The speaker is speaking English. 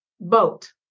boat